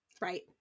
Right